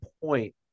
point